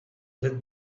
with